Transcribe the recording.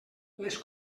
les